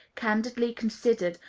candidly considered,